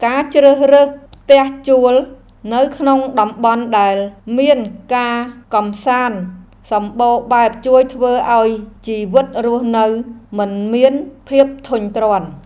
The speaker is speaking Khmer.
ការជ្រើសរើសផ្ទះជួលនៅក្នុងតំបន់ដែលមានការកម្សាន្តសម្បូរបែបជួយធ្វើឱ្យជីវិតរស់នៅមិនមានភាពធុញទ្រាន់។